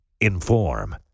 inform